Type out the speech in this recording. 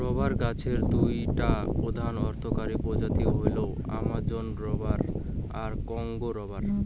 rubber গছের দুইটা প্রধান অর্থকরী প্রজাতি হইল অ্যামাজোন রবার আর কংগো রবার